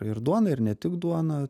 ir duoną ir ne tik duoną